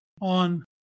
on